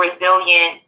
resilient